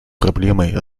проблемой